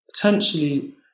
potentially